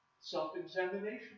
self-examination